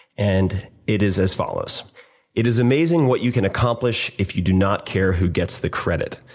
and it is as follows it is amazing what you can accomplish if you do not care who gets the credit.